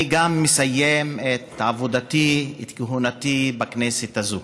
אני גם מסיים את עבודתי, את כהונתי, בכנסת הזאת.